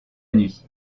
nuit